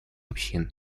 общин